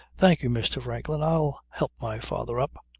thank you, mr. franklin. i'll help my father up.